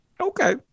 Okay